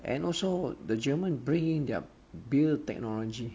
and also the german bring in their beer technology